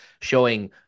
showing